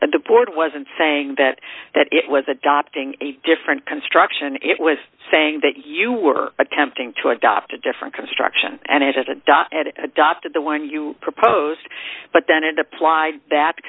the board wasn't saying that that it was adopting a different construction it was saying that you were attempting to adopt a different construction and it adopted adopted the one you proposed but then it applied